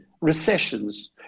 recessions